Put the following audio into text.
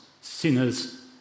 sinners